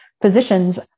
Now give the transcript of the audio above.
physicians